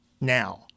Now